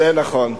זה נכון.